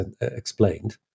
explained